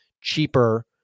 cheaper